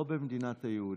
לא במדינת היהודים.